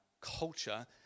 culture